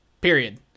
Period